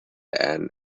and